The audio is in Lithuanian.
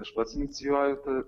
aš pats inicijuoju tą